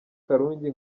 karungi